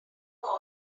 paul